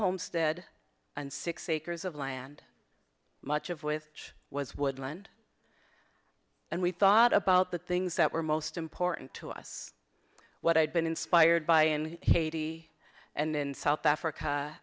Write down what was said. homestead and six acres of land much of with each was woodland and we thought about the things that were most important to us what i'd been inspired by in haiti and in south africa